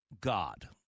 God